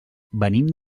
venim